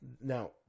Now